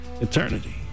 eternity